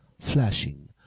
Flashing